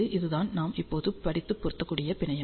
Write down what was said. இதுதான் நாம் இப்போது படித்த பொருந்தக்கூடிய பிணையம்